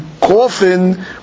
coffin